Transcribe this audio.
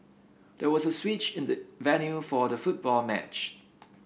there was a switch in the venue for the football match